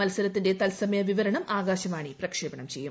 മത്സരത്തിന്റെ തൽസമയ വിവരണം ആകാശവാണി പ്രക്ഷേപണം ചെയ്യും